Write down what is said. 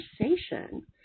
conversation